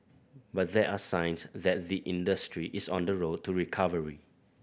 but there are signs that the industry is on the road to recovery